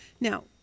Now